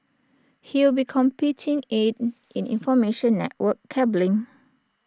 he will be competing in in information network cabling